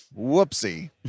whoopsie